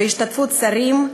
בהשתתפות שרים,